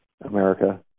America